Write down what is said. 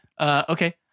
Okay